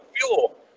fuel